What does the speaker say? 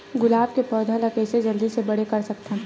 गुलाब के पौधा ल कइसे जल्दी से बड़े कर सकथन?